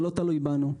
זה לא תלוי בנו.